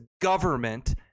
government